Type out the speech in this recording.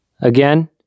Again